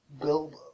Bilbo